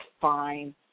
fine